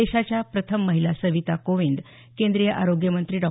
देशाच्या प्रथम महिला सविता कोविंद केंद्रीय आरोग्य मंत्री डॉ